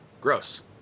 Gross